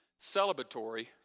celebratory